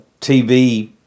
TV